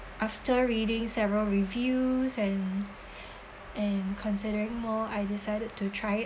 after reading several reviews and and considering more I decided to try it